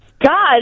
God